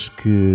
que